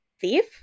thief